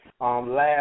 Last